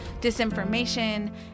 disinformation